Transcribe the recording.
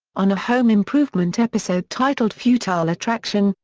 on a home improvement episode titled futile attraction,